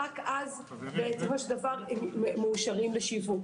רק אז הם מאושרים לשיווק.